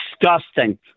disgusting